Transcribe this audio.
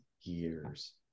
years